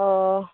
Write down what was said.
ᱚᱻ